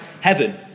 heaven